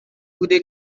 بوده